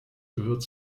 gehört